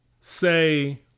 say